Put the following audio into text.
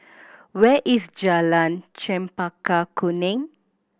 where is Jalan Chempaka Kuning